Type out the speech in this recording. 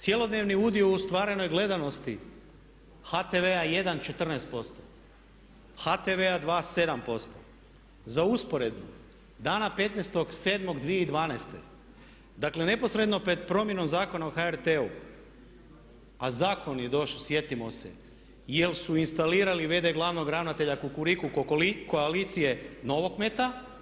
Cjelodnevni udio u stvaranoj gledanosti HTV-a 1 14%, HTV-a 2 7%, za usporedbu dana 15.07.2012. dakle neposredno pred promjenom Zakona o HRT-u a zakon je došao sjetimo se jer su instalirali v.d. glavnog ravnatelja Kukriku koalicije Novokmeta.